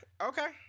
okay